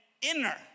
inner